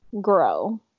Grow